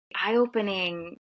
eye-opening